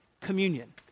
communion